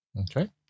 Okay